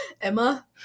Emma